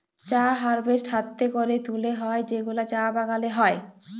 চা হারভেস্ট হ্যাতে ক্যরে তুলে হ্যয় যেগুলা চা বাগালে হ্য়য়